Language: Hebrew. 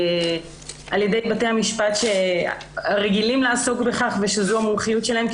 על ידי בתי המשפט הרגילים לעסוק בכך ושזו המומחיות שלהם,